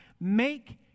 Make